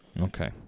Okay